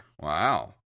Wow